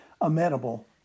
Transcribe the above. amenable